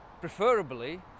preferably